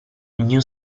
new